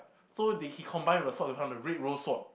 so they he combined with the sword to become the red rose sword